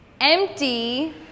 empty